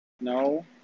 No